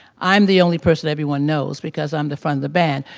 i'm the only person everyone knows because i'm the front the band.